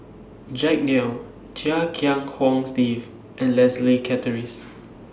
Jack Neo Chia Kiah Hong Steve and Leslie Charteris